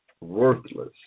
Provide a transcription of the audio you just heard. worthless